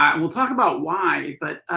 and we'll talk about why but,